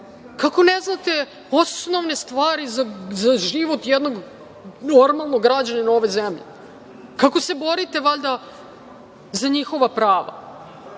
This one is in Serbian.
Kako ne znate osnovne stvari za život jednog normalnog građanina ove zemlje? Kako se borite za njihova prava?